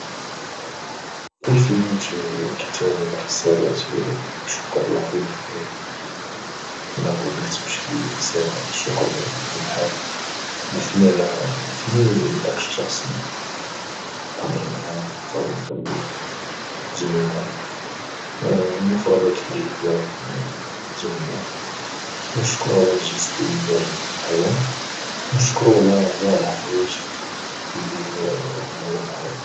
كيفيه كتابه رساله شكر لطيفه يعني الا بغيت نكتب شي رساله شكرا غادي نحاول نثني ذاك الشخص ونحاول نهضر معاه بطريقه اللي زوينه المفردات اللي هي ازوينه ونشكره على الجيست اللي دار معيا ونشكرو على كاع الحوايج اللي دار معايا